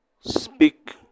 speak